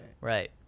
Right